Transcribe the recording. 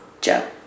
Joe